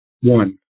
one